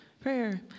Prayer